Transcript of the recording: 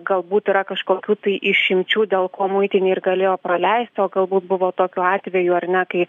galbūt yra kažkokių tai išimčių dėl ko muitinė ir galėjo praleisti o galbūt buvo tokių atvejų ar ne kai